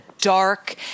dark